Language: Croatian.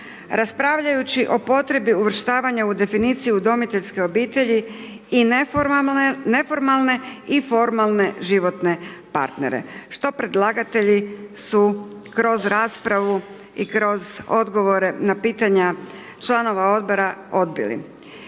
raspravljajući o potrebi uvrštavanja u definiciju udomiteljske obitelji i neformalne i formalne životne partnere što predlagatelji su kroz raspravu i kroz odgovore na pitanja članova odbora odbili.